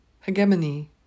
hegemony